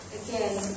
again